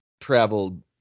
traveled